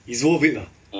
it's worth it lah